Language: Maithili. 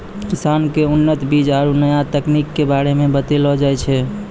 किसान क उन्नत बीज आरु नया तकनीक कॅ बारे मे बतैलो जाय छै